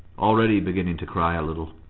already beginning to cry a little.